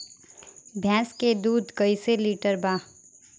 भैंस के दूध कईसे लीटर बा?